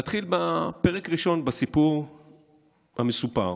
נתחיל בפרק ראשון בסיפור המסופר.